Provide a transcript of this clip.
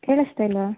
ಕೇಳಿಸ್ತಾ ಇಲ್ಲವಾ